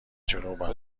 جنوبم